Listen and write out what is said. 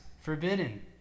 forbidden